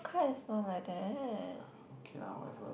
okay lah whatever